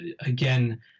again